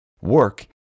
Work